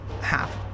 half